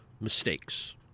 mistakes